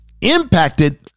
impacted